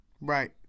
Right